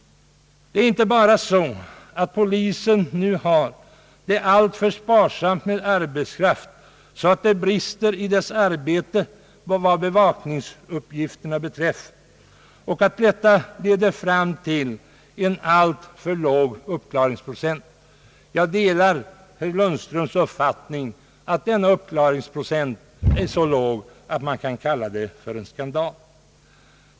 Det är inte bara så att polisen nu har alltför sparsamt med arbetskraft, så att det brister i dess arbete vad bevakningsuppgifterna beträffar, och att detta 1eder till en alltför låg uppklaringsprocent. Jag delar herr Lundströms uppfattning att denna uppklaringsprocent är så låg att man kan kalla det för en skandal.